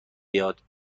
بیاد